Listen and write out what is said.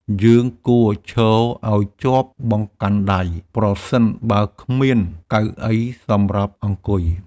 យើងគួរឈរឱ្យជាប់បង្កាន់ដៃ ប្រសិនបើគ្មានកៅអីសម្រាប់អង្គុយ។